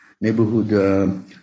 neighborhood